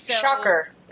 Shocker